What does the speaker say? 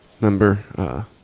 Remember